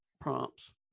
prompts